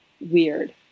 weird